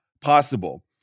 possible